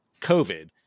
COVID